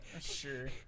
Sure